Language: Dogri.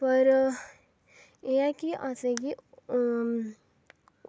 पर एह् ऐ कि अस बी एह्